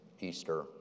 Easter